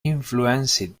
influenced